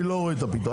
אני לא רואה את הפתרון.